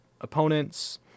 opponents